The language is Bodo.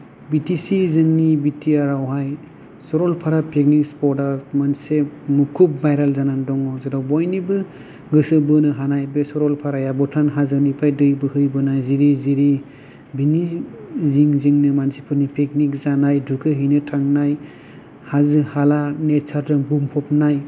बि टि सि जोंनि बि टि आर आवहाय सरलपारा पिकनिक स्पट मोनसे मुखुब भायरेल जानानै दङ जेराव बयनिबो गोसो बोनो हानाय बे सरलपाराया भुटान हाजोनिफ्राय दै बोहैबोनाय जिरि जिरि बिनि जिं जिंनो मानसिफोरनि पिकनिक जानाय दुगैहैनो थांनाय हाजो हाला नेचारजों बुंफबनाय